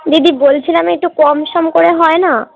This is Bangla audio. দিদি বলছিলাম একটু কম সম করে হয় না